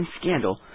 scandal